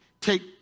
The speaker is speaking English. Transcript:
take